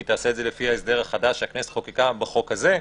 היא תעשה את זה לפי ההסדר החדש שהכנסת חוקקה בחוק הזה,